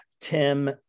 tim